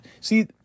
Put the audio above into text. see